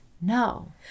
No